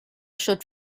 should